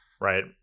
Right